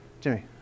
Jimmy